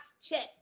check